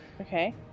Okay